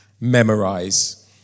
memorize